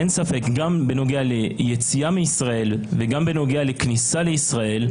אין ספק שגם בנוגע ליציאה מישראל וגם בנוגע לכניסה לישראל,